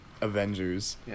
Avengers